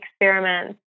experiments